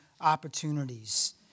opportunities